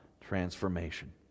transformation